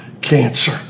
cancer